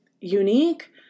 unique